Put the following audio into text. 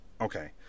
Okay